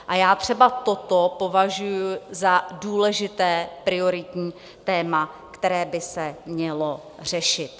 A já třeba toto považuji za důležité, prioritní téma, které by se mělo řešit.